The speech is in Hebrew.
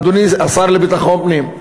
אדוני השר לביטחון פנים.